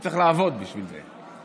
הוא צריך לעבוד בשביל זה.